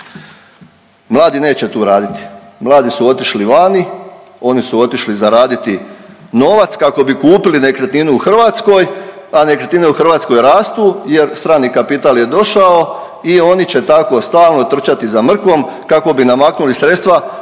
Mladi neće tu raditi, mladi su otišli vani, oni su otišli zaraditi novac kako bi kupili nekretninu u Hrvatskoj, a nekretnine u Hrvatskoj rastu jer strani kapital je došao i oni će tako stalno trčati za mrkvom kako bi namaknuli sredstva